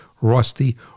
rusty